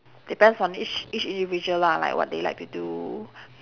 depends on each each individual lah like what they like to do